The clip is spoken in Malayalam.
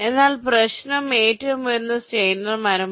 എന്നാൽ പ്രശ്നം ഏറ്റവും ഉയരം കുറഞ്ഞ സ്റ്റൈനർ മരമാണ്